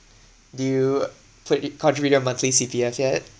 do you put it contribute to your monthly C_P_F yet